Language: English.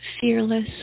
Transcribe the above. fearless